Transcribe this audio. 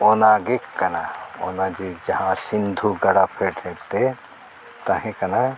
ᱚᱱᱟᱜᱮ ᱠᱟᱱᱟ ᱚᱱᱟ ᱡᱮ ᱡᱟᱦᱟᱸ ᱥᱤᱱᱫᱷᱩ ᱜᱟᱰᱟ ᱯᱷᱮᱰ ᱥᱮᱡᱛᱮ ᱛᱟᱦᱮᱸ ᱠᱟᱱᱟ